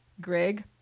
Greg